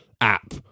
app